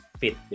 fit